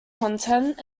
content